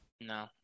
No